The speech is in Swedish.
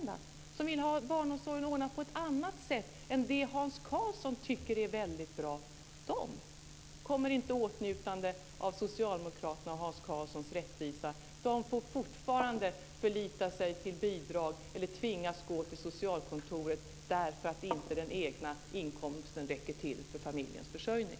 De som vill ordna barnomsorgen på ett annat sätt än det Hans Karlsson tycker är bra kommer inte i åtnjutande av socialdemokraternas och Hans Karlssons rättvisa. De får fortfarande förlita sig till bidrag eller tvingas gå till socialkontoret därför att den egna inkomsten inte räcker till för familjens försörjning.